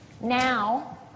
now